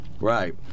right